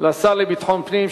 לשר לביטחון פנים,